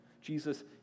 Jesus